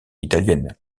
italiennes